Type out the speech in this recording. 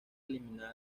eliminada